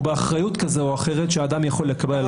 או באחריות כזאת או אחרת שאדם יכול לקבל על עצמו.